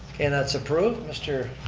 and that's approved. mr.